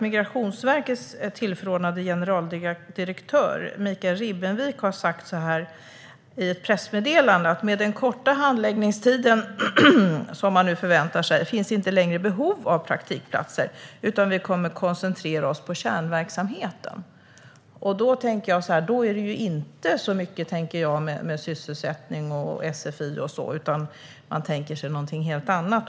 Migrationsverkets tillförordnade generaldirektör Mikael Ribbenvik har i ett pressmeddelande sagt att med den korta handläggningstid man nu förväntar sig finns inte längre behov av praktikplatser, utan man kommer att koncentrera sig på kärnverksamheten. Då är det inte så mycket sysselsättning, sfi och så vidare, utan man tänker sig något helt annat.